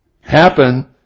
happen